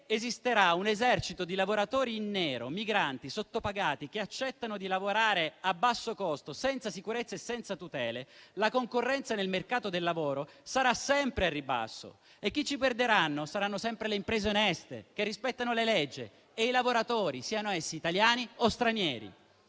esisterà un esercito di lavoratori in nero, migranti sottopagati che accettano di lavorare a basso costo, senza sicurezza e senza tutele, la concorrenza nel mercato del lavoro sarà sempre al ribasso e chi ci perderà saranno sempre le imprese oneste, che rispettano le leggi e i lavoratori, siano essi italiani o stranieri.